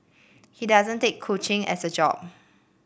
he doesn't take coaching as a job